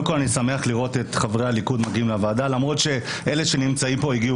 אני שמח לראות את חברי הליכוד מגיעים לוועדה למרות שאלה שנמצאים פה הגיעו